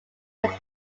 are